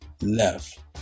left